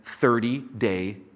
30-day